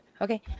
Okay